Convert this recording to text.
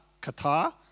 kata